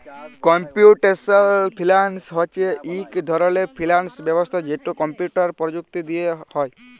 computational finance হছে ইক ধরলের ফিল্যাল্স ব্যবস্থা যেট কম্পিউটার পরযুক্তি দিঁয়ে হ্যয়